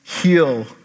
heal